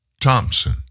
Thompson